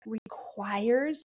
requires